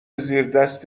زیردست